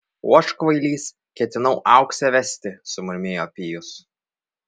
o aš kvailys ketinau auksę vesti sumurmėjo pijus